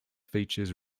features